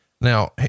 now